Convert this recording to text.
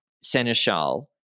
Seneschal